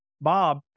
Bob